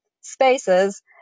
spaces